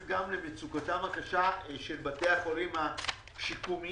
למצוקתם הקשה של בתי החולים השיקומיים,